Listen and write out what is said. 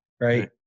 right